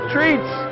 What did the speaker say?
Treats